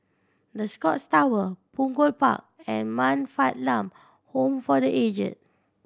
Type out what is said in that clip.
The Scotts Tower Punggol Park and Man Fatt Lam Home for Aged